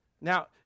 Now